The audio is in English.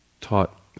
taught